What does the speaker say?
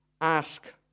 ask